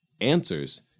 answers